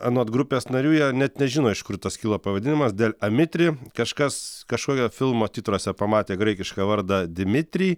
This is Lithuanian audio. anot grupės narių jie net nežino iš kur tas kilo pavadinimas del amitri kažkas kažkokio filmo titruose pamatė graikišką vardą dimitrij